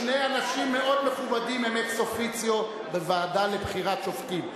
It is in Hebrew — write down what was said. שני אנשים מאוד מכובדים הם אקס-אופיציו בוועדה לבחירת שופטים.